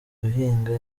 guhinga